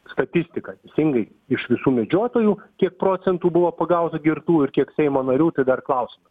statistiką teisingai iš visų medžiotojų kiek procentų buvo pagauta girtų ir kiek seimo narių tai dar klausimas